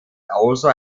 also